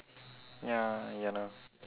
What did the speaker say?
ya ya lah